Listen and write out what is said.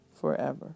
forever